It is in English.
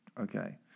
Okay